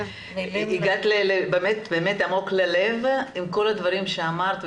הגעת באמת עמוק ללב עם כל הדברים שאמרת,